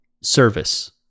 service